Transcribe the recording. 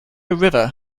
river